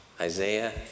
Isaiah